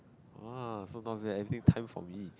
oh so not bad everything time for me